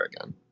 again